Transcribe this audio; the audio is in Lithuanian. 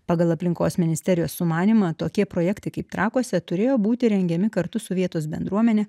pagal aplinkos ministerijos sumanymą tokie projektai kaip trakuose turėjo būti rengiami kartu su vietos bendruomene